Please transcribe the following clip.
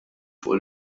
fuq